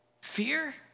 Fear